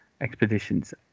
expeditions